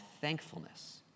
thankfulness